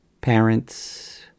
parents